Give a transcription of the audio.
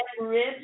ribs